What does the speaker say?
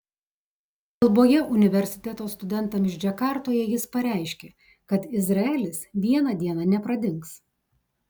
kalboje universiteto studentams džakartoje jis pareiškė kad izraelis vieną dieną nepradings